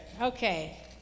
Okay